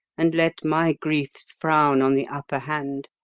and let my griefs frown on the upper hand.